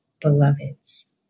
beloveds